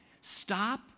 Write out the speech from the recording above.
stop